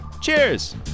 Cheers